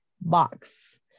box